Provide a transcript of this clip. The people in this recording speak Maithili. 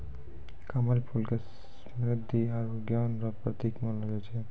कमल फूल के समृद्धि आरु ज्ञान रो प्रतिक मानलो जाय छै